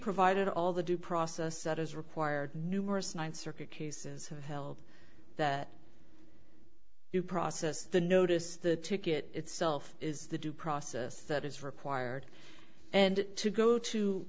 provided all the due process that is required numerous ninth circuit cases have held that you process the notice the ticket itself is the due process that is required and to go to